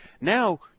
now